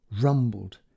rumbled